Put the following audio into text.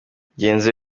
mugenzi